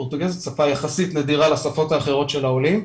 פורטוגזית זו שפה יחסית נדירה לשפות האחרות של העולים.